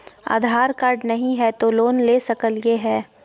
आधार card नही हय, तो लोन ले सकलिये है?